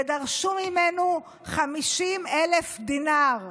ודרשו ממנו 50,000 דינר.